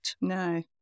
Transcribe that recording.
No